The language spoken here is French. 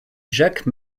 jacques